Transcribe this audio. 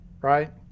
right